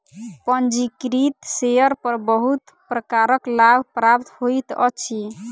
पंजीकृत शेयर पर बहुत प्रकारक लाभ प्राप्त होइत अछि